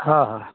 ᱦᱮᱸ